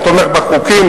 אני תומך בחוקים,